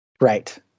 right